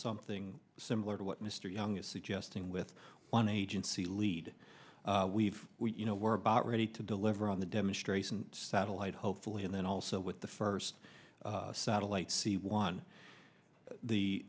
something similar to what mr young is suggesting with one agency lead we've you know we're about ready to deliver on the demonstration satellite hopefully and then also with the first satellite see one